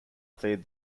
cleared